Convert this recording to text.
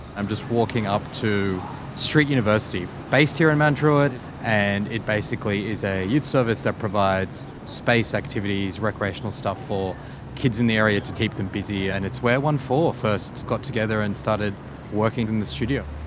i'm just walking up to street university, based here in mount druitt and it basically is a youth service that provides space, activities, recreational stuff for kids in the area to keep them busy and it's where onefour first got together and started working in the studio.